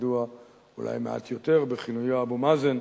הידוע אולי מעט יותר בכינויו אבו מאזן,